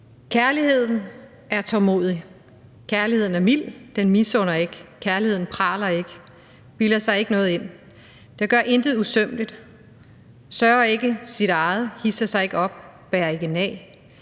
»Kærligheden er tålmodig, kærligheden er mild, den misunder ikke, kærligheden praler ikke, bilder sig ikke noget ind. Den gør intet usømmeligt, søger ikke sit eget, hidser sig ikke op, bærer ikke nag.